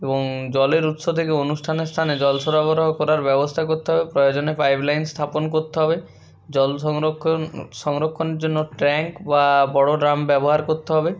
এবং জলের উৎস থেকে অনুষ্ঠানের স্থানে জল সরবরাহ করার ব্যবস্থা করতে হবে প্রয়োজনে পাইপ লাইন স্থাপন করতে হবে জল সংরক্ষণ সংরক্ষণের জন্য ট্যাঙ্ক বা বড়ো ড্রাম ব্যবহার করতে হবে